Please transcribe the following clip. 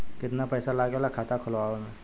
कितना पैसा लागेला खाता खोलवावे में?